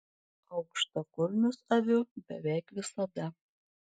aukštakulnius aviu beveik visada